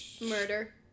Murder